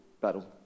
battle